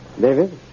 David